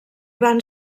van